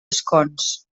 escons